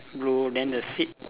blue then the seat